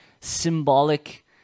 symbolic